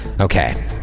Okay